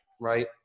right